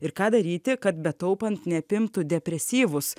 ir ką daryti kad betaupant neapimtų depresyvūs